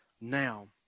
now